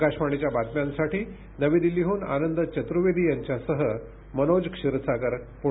आकाशवाणीच्या बातम्यांसाठी नवी दिल्लीहून आनंद चतुर्वेदी यांच्यासह मनोज क्षीरसागर पुणे